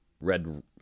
Red